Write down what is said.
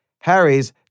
Harry's